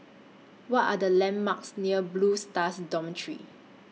What Are The landmarks near Blue Stars Dormitory